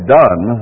done